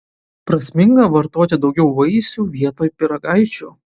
prasminga vartoti daugiau vaisių vietoj pyragaičių